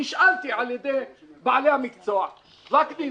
נשאלתי על-ידי בעלי המקצוע: וקנין,